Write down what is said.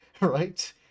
right